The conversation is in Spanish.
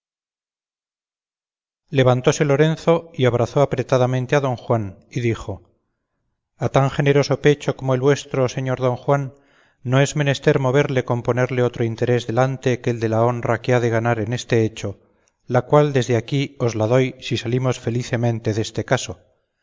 levantóse lorenzo y abrazó apretadamente a don juan y dijo a tan generoso pecho como el vuestro señor don juan no es menester moverle con ponerle otro interés delante que el de la honra que ha de ganar en este hecho la cual desde aquí os la doy si salimos felicemente deste caso